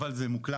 אבל זה מוקלט.